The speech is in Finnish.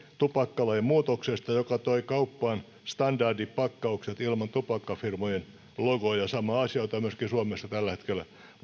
tupakkalain muutoksesta joka toi kauppaan standardipakkaukset ilman tupakkafirmojen logoja sama asia jota myöskin suomessa tällä hetkellä